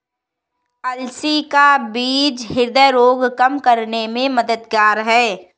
अलसी का बीज ह्रदय रोग कम करने में मददगार है